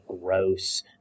gross